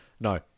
No